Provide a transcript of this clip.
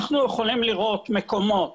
אנחנו יכולים לראות מקומות